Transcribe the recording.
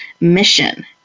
mission